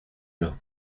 los